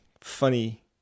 funny